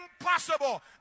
impossible